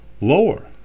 lower